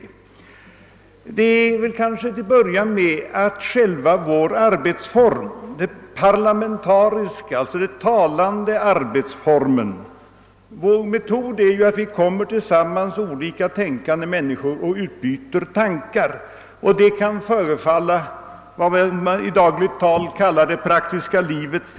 Till att börja med kan man väl fastslå att själva vår arbetsform, den parlamentariska eller »talande» arbetsformen — metoden är ju den att vi, olika tänkande människor, kommer tillsammans och utbyter tankar — kan förefalla vad man i dagligt tal kallar det praktiska livets